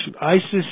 ISIS